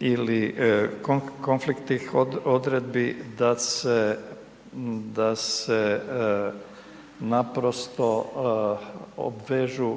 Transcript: ili konfliktnih odredbi da se naprosto obvežu